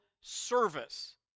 service